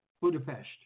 Budapest